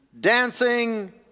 dancing